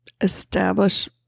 establish